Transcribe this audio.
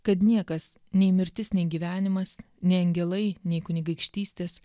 kad niekas nei mirtis nei gyvenimas nei angelai nei kunigaikštystės